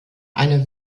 einer